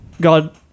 God